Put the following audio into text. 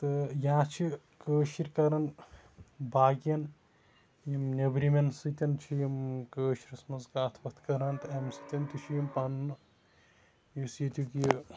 تہٕ یا چھِ کٲشِر کران باقین نیٚبرِمین سۭتۍ چھِ یِم کٲشِرِس منٛز کَتھ وَتھ کران تَمہِ سۭتۍ تہِ چھِ یِم پَنُن یُس ییٚتیُک یہِ